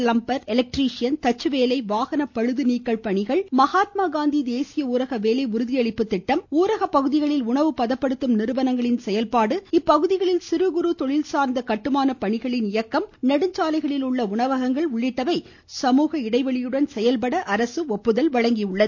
plumber electrician தச்சுவேலை வாகன பழுதுநீக்கல் பணிகள் மகாத்மா காந்தி தேசிய ஊரக வேலை உறுதியளிப்பு திட்டம் ஊரக பகுதிகளில் உணவு பதப்படுத்தும் நிறுவனங்கள் இப்பகுதிகளில் சிறுகுறு தொழில்சார்ந்த கட்டுமான பணிகள் நெடுஞ்சாலைகளில் உள்ள உணவகங்கள் உள்ளிட்டவை சமூக இடைவெளியுடன் இயங்க அரசு ஒப்புதல் அளித்துள்ளது